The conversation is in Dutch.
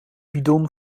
bidon